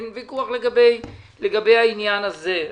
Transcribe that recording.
אין ויכוח לגבי העניין הזה.